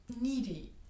needy